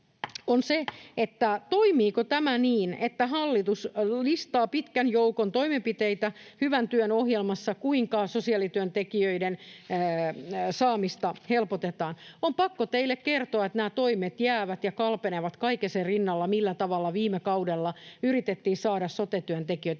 toimiiko tämä niin, että hallitus listaa Hyvän työn ohjelmassa pitkän joukon toimenpiteitä, kuinka sosiaalityöntekijöiden saamista helpotetaan. On pakko teille kertoa, että nämä toimet jäävät ja kalpenevat kaiken sen rinnalla, millä tavalla viime kaudella yritettiin saada sote-työntekijöitä.